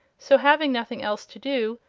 so, having nothing else to do,